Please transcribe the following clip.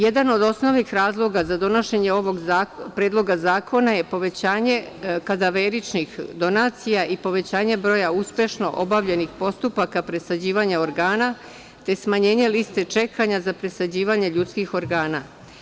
Jedan od osnovnih razloga za donošenje ovog Predloga zakona je povećanje kadaveričnih donacija i povećanje broja uspešno obavljenih postupaka presađivanja organa, te smanjenje liste čekanja za presađivanje ljudskih organa.